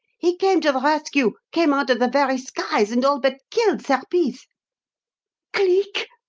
he came to the rescue came out of the very skies and all but killed serpice! cleek!